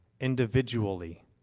individually